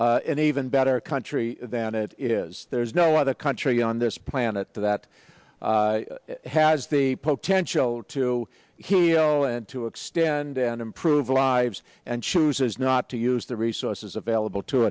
an even better country than it is there's no other country on this planet that has the potential to heal and to extend and improve lives and chooses not to use the resources available to